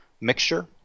mixture